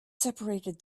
separated